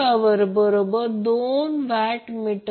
जर सर्व मग्निट्यूड घेतले